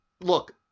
look